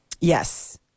Yes